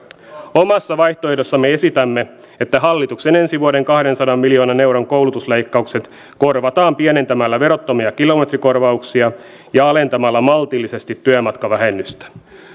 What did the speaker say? omassa vaihtoehdossamme esitämme että hallituksen ensi vuoden kahdensadan miljoonan euron koulutusleikkaukset korvataan pienentämällä verottomia kilometrikorvauksia ja alentamalla maltillisesti työmatkavähennystä